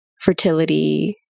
fertility